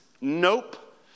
Nope